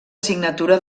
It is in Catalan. signatura